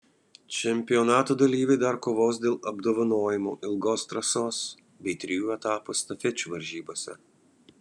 čempionato dalyviai dar kovos dėl apdovanojimų ilgos trasos bei trijų etapų estafečių varžybose